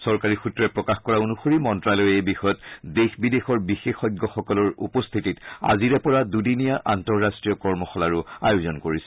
চৰকাৰী সূত্ৰই প্ৰকাশ কৰা অনুসৰি মন্তালয়ে এই বিষয়ত দেশ বিদেশৰ বিশেষজ্ঞসকলৰ উপস্থিতিত আজিৰে পৰা দুদিনীয়া আন্তঃৰাষ্টীয় কৰ্মশালাৰো আয়োজন কৰিছে